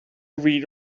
read